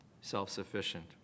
self-sufficient